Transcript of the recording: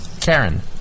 Karen